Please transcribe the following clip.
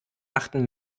achten